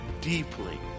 deeply